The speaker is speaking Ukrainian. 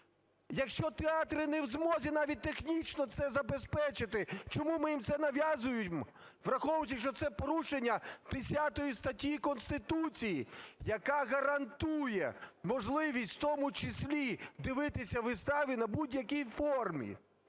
Якщо театри не в змозі навіть технічно це забезпечити, чому ми їм це нав'язуємо, враховуючи, що це порушення 50 статті Конституції, яка гарантує можливість, в тому числі дивитися вистави на будь-якій формі.